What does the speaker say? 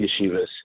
yeshivas